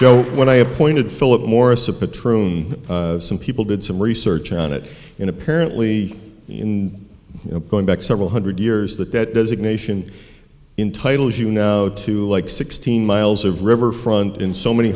so when i appointed philip morris a patroon some people did some research on it in apparently in going back several hundred years that that designation in titles you now to like sixteen miles of riverfront in so many